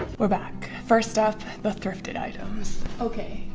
we're back. first up, the thrifted items. okay.